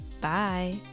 Bye